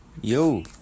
Yo